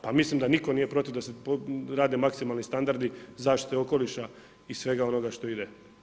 Pa mislim da nitko nije protiv da se rade maksimalni standardi zaštite okoliša i svega onoga što ide.